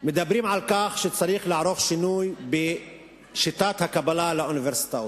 מדברים על כך שצריך לערוך שינוי בשיטת הקבלה לאוניברסיטאות,